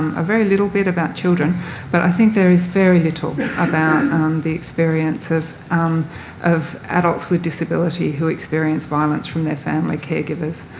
a very little bit about children but i think there is very little about the experience of of adults with disability who experience violence from their family care-givers.